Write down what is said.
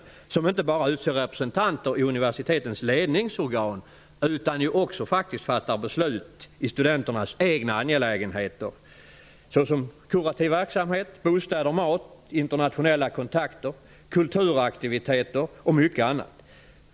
De utser inte bara representanter i universitetens ledningsorgan utan fattar också beslut i studenternas egna angelägenheter såsom kurativ verksamhet, bostäder, mat, internationella kontakter, kulturaktiviteter och mycket annat.